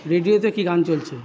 রেডিওতে কী গান চলছে